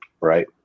right